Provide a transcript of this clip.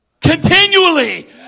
Continually